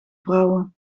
vrouwen